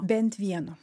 bent vieno